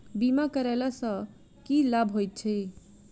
बीमा करैला सअ की लाभ होइत छी?